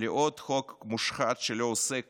לעוד חוק מושחת, שלא עוסק